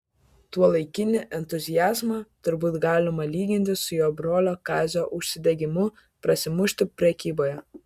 tuolaikinį entuziazmą turbūt galima lyginti su jo brolio kazio užsidegimu prasimušti prekyboje